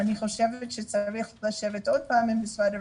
אני חושבת שצריך לשבת עוד פעם עם משרד הרווחה.